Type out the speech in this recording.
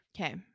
Okay